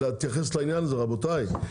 לא באופן כללי, הערה למה שאמרתי.